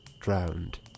drowned